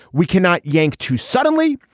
we cannot yank to suddenly.